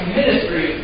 ministry